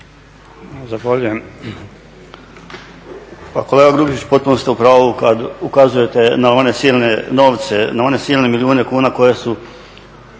Zahvaljujem.